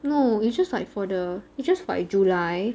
no it's just like for the it's just for like july